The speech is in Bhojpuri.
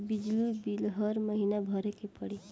बिजली बिल हर महीना भरे के पड़ी?